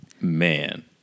Man